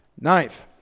Ninth